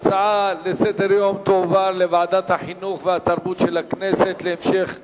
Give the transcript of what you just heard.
ההצעה לסדר-היום תועבר לוועדת החינוך והתרבות של הכנסת להמשך דיון.